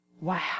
wow